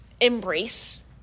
embrace